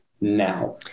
now